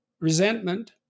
resentment